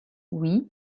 oui